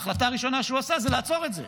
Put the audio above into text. ההחלטה הראשונה שהוא עשה זה לעצור את זה.